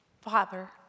Father